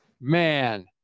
man